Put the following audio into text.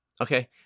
Okay